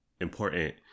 important